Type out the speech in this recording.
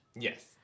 Yes